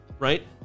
Right